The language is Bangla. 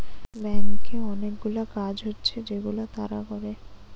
ব্যাংকে অনেকগুলা কাজ হচ্ছে যেগুলা তারা করে